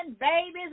babies